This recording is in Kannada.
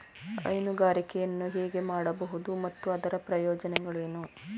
ಹೈನುಗಾರಿಕೆಯನ್ನು ಹೇಗೆ ಮಾಡಬಹುದು ಮತ್ತು ಅದರ ಪ್ರಯೋಜನಗಳೇನು?